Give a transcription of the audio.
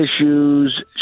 issues